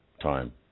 time